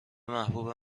محبوب